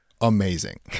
amazing